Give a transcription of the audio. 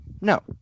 No